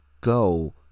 go